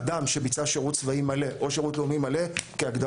אדם שביצע שירות צבאי מלא או שירות לאומי מלא כהגדרתו,